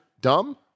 dumb